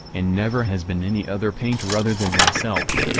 and never has been any other painter other than myself.